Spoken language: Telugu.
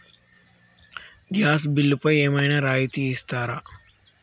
గ్యాస్ బిల్లుపై ఏమైనా రాయితీ ఇస్తారా?